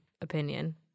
opinion